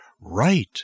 right